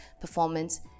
performance